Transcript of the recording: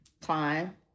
climb